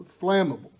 flammable